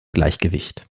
gleichgewicht